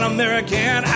American